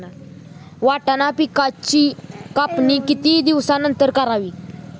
वाटाणा पिकांची कापणी किती दिवसानंतर करावी?